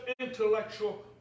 intellectual